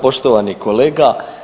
Poštovani kolega.